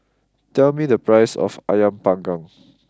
tell me the price of Ayam Panggang